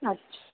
अच्छा